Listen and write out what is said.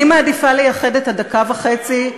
אני מעדיפה לייחד את הדקה וחצי,